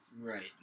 Right